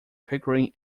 pickering